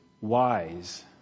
wise